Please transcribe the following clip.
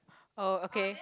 oh okay